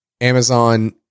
Amazon